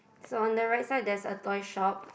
so on the right side there's a toy shop